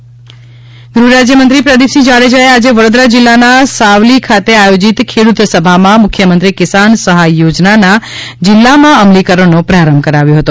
પ્રદીપસિંહ ખેડૂત ગૃહરાજ્ય મંત્રી પ્રદિપસિંહ જાડેજાએ આજે વડોદરા જિલ્લાના સાવલી ખાતે આયોજિત ખેડૂત સભામાં મુખ્યમંત્રી કિસાન સહાય યોજનાના જિલ્લામાં અમલીકરણનો પ્રારંભ કરાવ્યો હતો